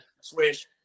swish